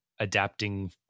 adapting